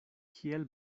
kiel